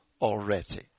already